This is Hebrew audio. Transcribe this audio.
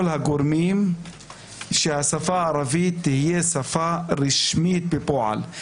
הגורמים שהשפה הערבית תהיה שפה רשמית בפועל.